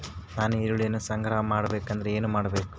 ನಾನು ಈರುಳ್ಳಿಯನ್ನು ಸಂಗ್ರಹ ಮಾಡಬೇಕೆಂದರೆ ಏನು ಮಾಡಬೇಕು?